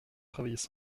travaillait